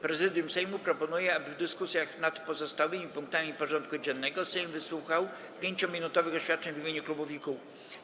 Prezydium Sejmu proponuje, aby w dyskusjach nad pozostałymi punktami porządku dziennego Sejm wysłuchał 5-minutowych oświadczeń w imieniu klubów i kół.